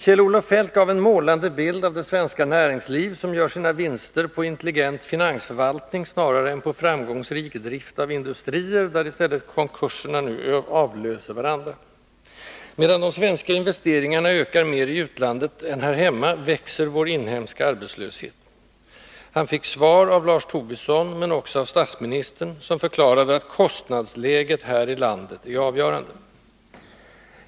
Kjell-Olof Feldt gav en målande bild av det svenska näringsliv som gör sina vinster på intelligent finansförvaltning snarare än på framgångsrik drift av industrier, där i stället konkurserna nu avlöser varandra. Medan de svenska investeringarna ökar mer i utlandet än här hemma, växer vår inhemska arbetslöshet. Han fick svar av Lars Tobisson och också av statsministern, som förklarade att kostnadsläget här i landet är avgörande.